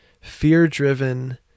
fear-driven